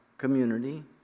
community